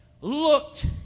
looked